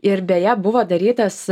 ir beje buvo darytas